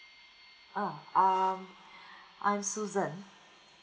ah um I'm Susan